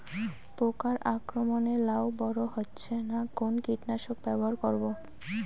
পোকার আক্রমণ এ লাউ বড় হচ্ছে না কোন কীটনাশক ব্যবহার করব?